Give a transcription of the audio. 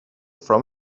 from